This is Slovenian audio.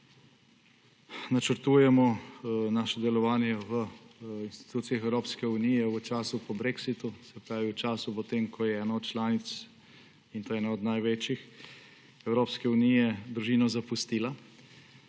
načrtujemo naše delovanje v institucijah Evropske unije v času po brexitu, se pravi v času po tem, ko je ena od članic, in to ena največjih, Evropske unije družino zapustila,